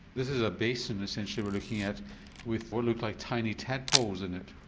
this is a basin essentially we're looking at with what looks like tiny tadpoles in it.